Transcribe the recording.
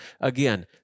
again